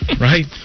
Right